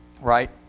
right